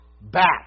back